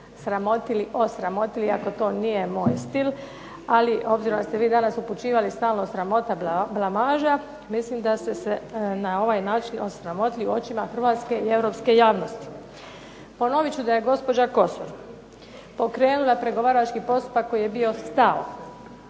sramotili, osramotili iako to nije moj stil. Ali obzirom da ste vi danas upućivali stalno sramota, blamaža mislim da ste se na ovaj način osramotili u očima hrvatske i europske javnosti. Ponovit ću da je gospođa Kosor pokrenula pregovarački postupak koji je bio stao.